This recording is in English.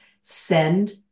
send